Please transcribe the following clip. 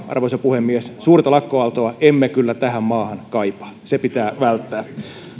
arvoisa puhemies suurta lakkoaaltoa emme kyllä tähän maahan kaipaa se pitää välttää